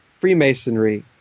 Freemasonry